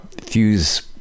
fuse